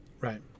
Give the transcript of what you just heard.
right